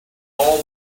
all